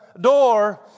door